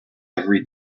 every